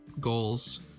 goals